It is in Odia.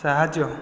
ସାହାଯ୍ୟ